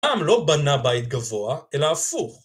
העם לא בנה בית גבוה, אלא הפוך.